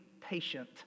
patient